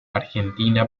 argentina